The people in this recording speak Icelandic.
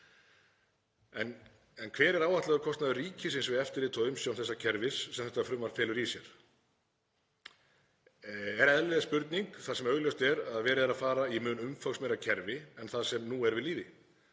En hver er áætlaður kostnaður ríkisins við eftirlit og umsjón þessa kerfis sem þetta frumvarp felur í sér? Þetta er eðlileg spurning þar sem augljóst er að verið er að fara í mun umfangsmeira kerfi en það sem nú er við lýði.